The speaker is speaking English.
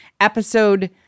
episode